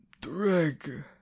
drag